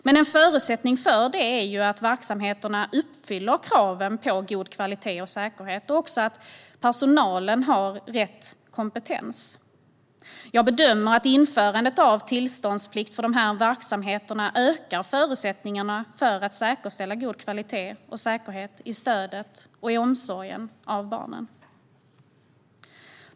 Men en förutsättning för det är att verksamheterna uppfyller kraven på god kvalitet och säkerhet och att personalen har rätt kompetens. Jag bedömer att införandet av tillståndsplikt för dessa verksamheter ökar förutsättningarna för att säkerställa god kvalitet och säkerhet i stödet och omsorgen för barnen.